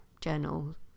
journal